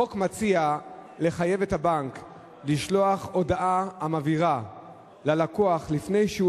החוק מציע לחייב את הבנק לשלוח הודעה המבהירה ללקוח לפני שהוא